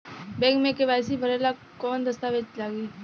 Bank मे KYC भरेला कवन दस्ता वेज लागी?